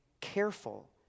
careful